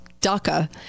DACA